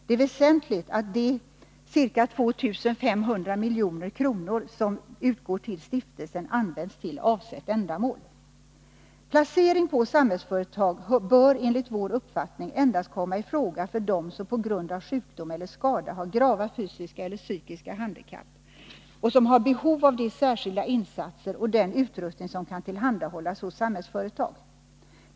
Det är väsentligt att de cirka 2 500 milj.kr. som utgår till stiftelsen används till avsett ändamål. Placering på Samhällsföretag bör enligt vår uppfattning endast komma i fråga för dem som på grund av sjukdom eller skada har grava fysiska eller psykiska handikapp och som har behov av de särskilda insatser och den utrustning som kan tillhandahållas hos Samhällsföretag.